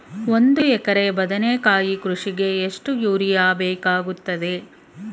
ಒಂದು ಎಕರೆ ಬದನೆಕಾಯಿ ಕೃಷಿಗೆ ಎಷ್ಟು ಯೂರಿಯಾ ಬೇಕಾಗುತ್ತದೆ?